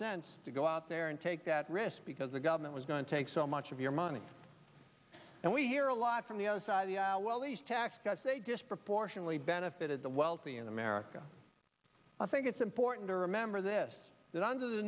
sense to go out there and take that risk because the government was going to take so much of your money and we hear a lot from the other side of the aisle well these tax cuts they disproportionately benefited the wealthy in america i think it's important to remember this that under the